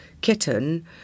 kitten